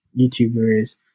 YouTubers